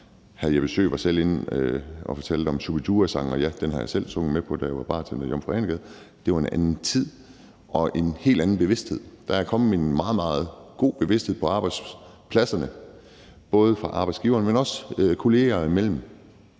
Jeppe Søe fortalte selv om en Shu-bi-dua-sang, og ja, den har jeg selv sunget med på, da jeg var bartender i Jomfru Ane Gade, men det var en anden tid og en helt anden bevidsthed. Der er kommet en meget, meget god bevidsthed på arbejdspladserne, både blandt arbejdsgiverne, men også kollegerne imellem,